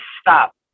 stop